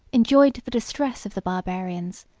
enjoyed the distress of the barbarians,